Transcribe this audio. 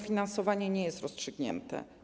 Finansowanie nie jest rozstrzygnięte.